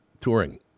touring